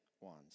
ones